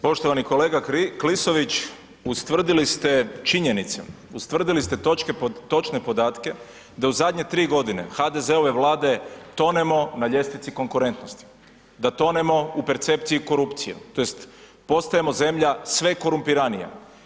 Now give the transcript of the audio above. Poštovani kolega Klisović, ustvrdili ste činjenice, ustvrdili ste točne podatke, da u zadnje 3 godine, HDZ-ove Vlade tonemo na ljestvici konkurentnosti, da tonemo u percepciji korupcije, tj. postajemo zemlje, sve korumpiranija.